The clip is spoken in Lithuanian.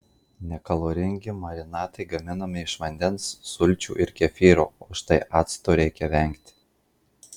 nekaloringi marinatai gaminami iš vandens sulčių ir kefyro o štai acto reikia vengti